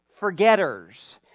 forgetters